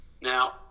Now